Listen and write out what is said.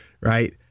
right